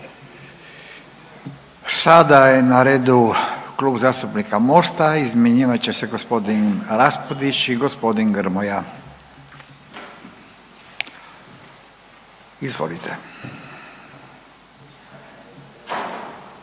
Sada je na redu Klub zastupnika MOST-a, izmjenjivat će se gospodin Raspudić i gospodin Grmoja. Izvolite.